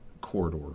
corridor